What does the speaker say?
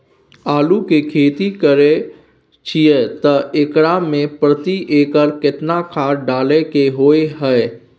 आलू के खेती करे छिये त एकरा मे प्रति एकर केतना खाद डालय के होय हय?